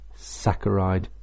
saccharide